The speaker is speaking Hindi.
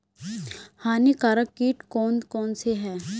हानिकारक कीट कौन कौन से हैं?